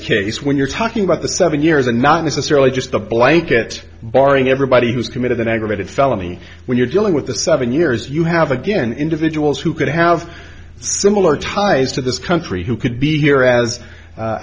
case when you're talking about the seven years and not necessarily just a blanket barring everybody who's committed an aggravated felony when you're dealing with the seven years you have again individuals who could have similar ties to this country who could be here